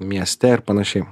mieste ir panašiai